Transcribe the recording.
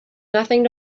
nothing